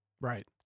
Right